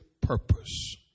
purpose